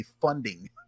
funding